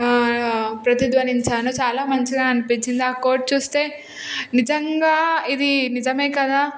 ప్రతిధ్వనించాను చాలా మంచిగా అనిపించింది ఆ కోట్ చూస్తే నిజంగా ఇది నిజమే కదా